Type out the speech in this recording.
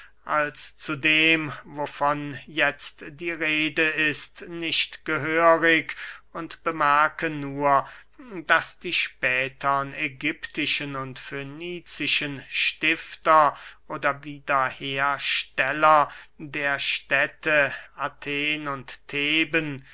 als zu dem wovon jetzt die rede ist nicht gehörig und bemerke nur daß die spätern ägyptischen und fönizischen stifter oder wiederhersteller der städte athen und theben